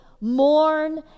mourn